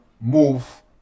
move